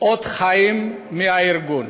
לאות חיים מהארגון.